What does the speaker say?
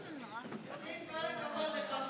פטין, כל הכבוד לך.